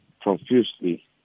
Profusely